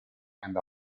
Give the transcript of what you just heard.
and